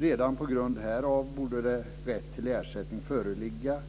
Redan på grund av detta borde rätt till ersättning föreligga